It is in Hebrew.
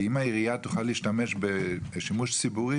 כי אם העירייה תוכל להשתמש שימוש ציבורי